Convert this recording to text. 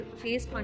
face